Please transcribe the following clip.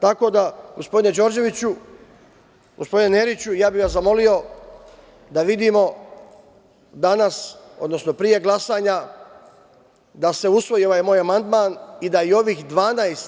Tako da gospodine Đorđeviću, gospodine Neriću, ja bih vas zamolio da vidimo danas, odnosno pre glasanja, da se usvoji ovaj moj amandman i da i ovih 12